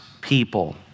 people